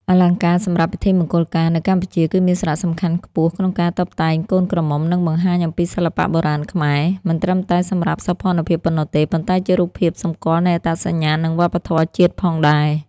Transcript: អលង្ការសម្រាប់ពិធីមង្គលការនៅកម្ពុជា គឺមានសារៈសំខាន់ខ្ពស់ក្នុងការតុបតែងកូនក្រមុំ និងបង្ហាញអំពីសិល្បៈបុរាណខ្មែរ។ មិនត្រឹមតែសម្រាប់សោភ័ណភាពប៉ុណ្ណោះទេ ប៉ុន្តែជារូបភាពសម្គាល់នៃអត្តសញ្ញាណ និងវប្បធម៌ជាតិផងដែរ។